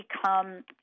become